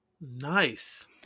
nice